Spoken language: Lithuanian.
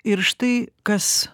ir štai kas